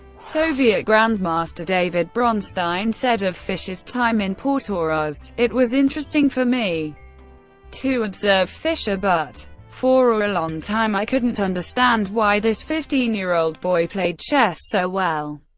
soviet grandmaster david bronstein said of fischer's time in portoroz it was interesting for me to observe fischer, but for a long time i couldn't understand why this fifteen year old boy played chess so well.